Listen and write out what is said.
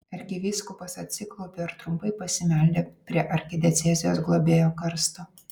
arkivyskupas atsiklaupė ir trumpai pasimeldė prie arkidiecezijos globėjo karsto